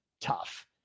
tough